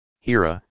Hira